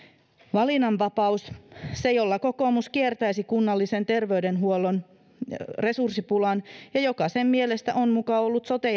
valinnanvapaus se jolla kokoomus kiertäisi kunnallisen terveydenhuollon resurssipulan ja joka sen mielestä on muka ollut sote